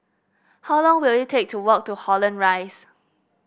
how long will it take to walk to Holland Rise